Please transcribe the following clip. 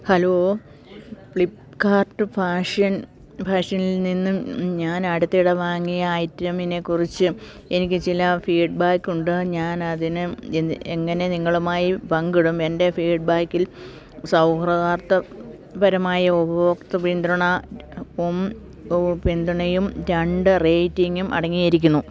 hello Flipkart fashion ഫാഷനിൽ നിന്നും ഞാൻ അടുത്തിടെ വാങ്ങിയ ഐറ്റമിനെക്കുറിച്ചും എനിക്ക് ചില ഫീഡ്ബാക്കുണ്ട് ഞാൻ അതിനും എന്ന എങ്ങനെ നിങ്ങളുമായി പങ്കിടും എന്റെ ഫീഡ്ബാക്കിൽ സൗഹൃദാർദ്ദം പരമായ ഉപഭോക്തൃ പിന്തുണയും പിന്തുണയും രണ്ട് റേറ്റിംഗും അടങ്ങിയിരിക്കുന്നു